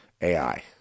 AI